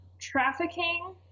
trafficking